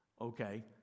Okay